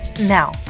Now